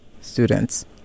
students